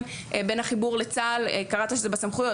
בין החיבור בין צה"ל קראת שזה בסמכויות,